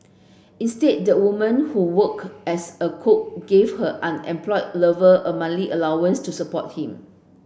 instead the woman who worked as a cook gave her unemployed lover a allowance to support him